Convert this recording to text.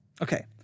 Okay